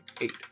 eight